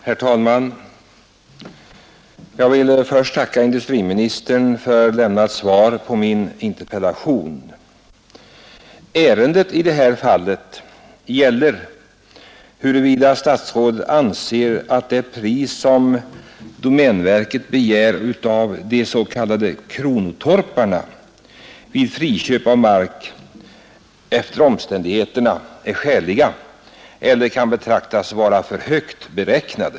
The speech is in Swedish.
Herr talman! Jag vill först tacka industriministern för svaret på min interpellation. Ärendet gäller huruvida statsrådet anser att det pris, som domänverket begär av de s.k. kronotorparna vid friköp av mark, efter omständigheterna är skäligt eller kan anses vara för högt beräknat.